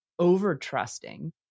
over-trusting